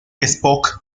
spock